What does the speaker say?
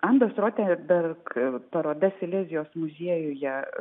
andos rotemberg paroda silezijos muziejuje